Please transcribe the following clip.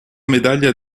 medaglia